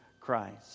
Christ